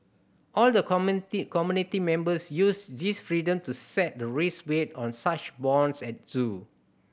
all the committee community members use this freedom to set the risk weight on such bonds at zoo